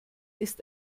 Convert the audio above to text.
ist